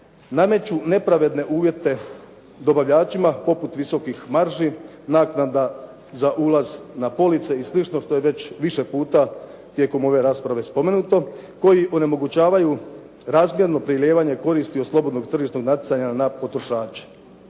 nameću nepravedne uvjete dobavljačima poput visokih marži, naknada za ulaz na police i slično, što je već više puta tijekom ove rasprave spomenuto koji onemogućavaju razmjerno prilijevanje koristi od slobodnog tržišnog natjecanja na potrošače.